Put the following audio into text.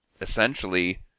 essentially